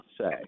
say